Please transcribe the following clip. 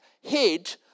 hid